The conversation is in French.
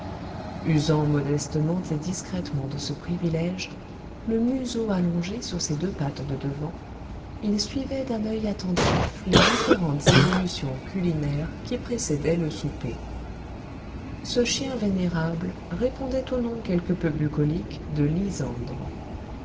usant modestement et discrètement de ce privilège le museau allongé sur ses deux pattes de devant il suivait d'un oeil attentif les différentes évolutions culinaires qui précédaient le souper ce chien vénérable répondait au nom quelque peu bucolique de lysandre